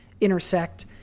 intersect